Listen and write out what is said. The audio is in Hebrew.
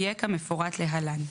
יהיה כמפורט להלן: